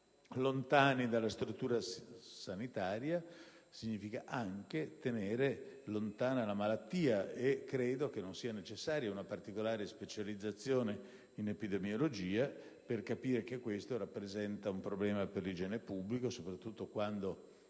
lontani dalle strutture sanitarie significa anche tenere lontana la malattia. E non credo sia necessaria una particolare specializzazione in epidemiologia per capire che questo rappresenta un problema per l'igiene pubblica, soprattutto quand'è